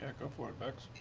go for it, vex.